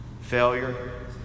Failure